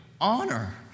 honor